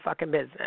business